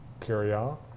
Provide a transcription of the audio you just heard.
carry-out